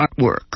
artwork